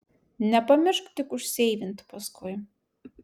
nepamiršk tik užseivint paskui